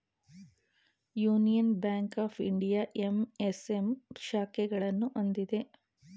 union Bank of India MSM ಶಾಖೆಗಳನ್ನು ಹೊಂದಿದೆ